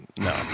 No